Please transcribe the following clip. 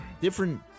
different